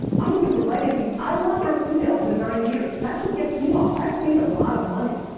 i'm looking for legacy. i want their emails in nine years. that's what gets me off. i've made a lot of money.